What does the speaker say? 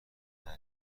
نره